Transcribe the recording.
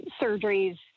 surgeries